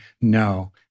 no